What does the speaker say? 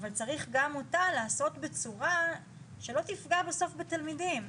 אבל צריך גם אותה לעשות בצורה שלא תפגע בסוף בתלמידים.